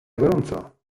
gorąco